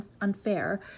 unfair